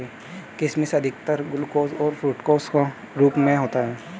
किशमिश अधिकतर ग्लूकोस और फ़्रूक्टोस के रूप में होता है